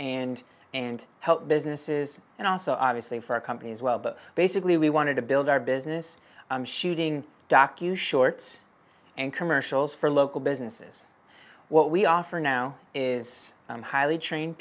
and and help businesses and also obviously for a company as well but basically we wanted to build our business shooting docu shorts and commercials for local businesses what we offer now is highly trained